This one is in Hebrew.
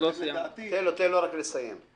תן לו רק לסיים.